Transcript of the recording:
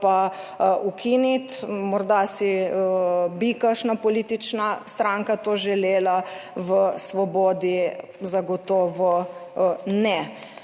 pa ukiniti. Morda si bi kakšna politična stranka to želela, v Svobodi zagotovo ne.